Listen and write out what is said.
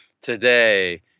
today